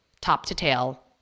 top-to-tail